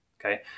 Okay